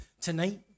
tonight